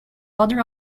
other